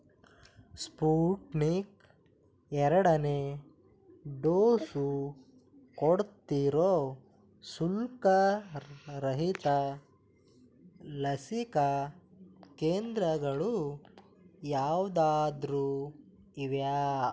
Sputnik ಎರಡನೇ dose ಕೊಡ್ತಿರೋ ಶುಲ್ಕರಹಿತ ಲಸಿಕಾ ಕೇಂದ್ರಗಳು ಯಾವುದಾದ್ರು ಇವೆಯಾ